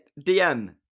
DM